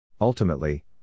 Ultimately